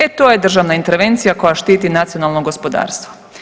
E to je državna intervencija koja štiti nacionalno gospodarstvo.